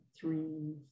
three